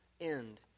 end